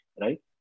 right